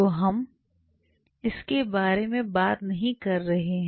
तो हम इसके बारे में बात नहीं कर रहे हैं